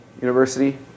University